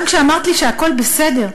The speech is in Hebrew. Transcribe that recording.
גם כשאמרת לי שהכול בסדר,